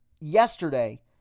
yesterday